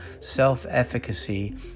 self-efficacy